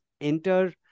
enter